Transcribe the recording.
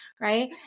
right